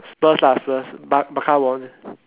spurs lah spurs bar~ barca won